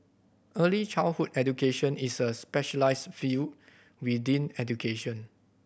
early childhood education is a specialised field within education